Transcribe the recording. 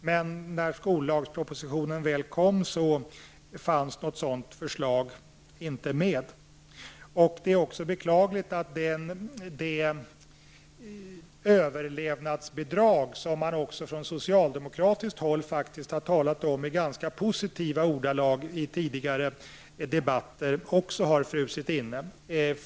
Men när skollagspropositionen väl kom fanns något sådant förslag inte med. Det är också beklagligt att det överlevnadsbidrag som man även från socialdemokratiskt håll i tidigare debatter har talat om i ganska positiva ordalag också har frusit inne.